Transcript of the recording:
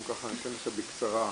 אנחנו נעשה עכשיו בקצרה,